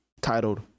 titled